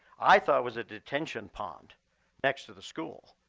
i thought was a detention pond next to the school.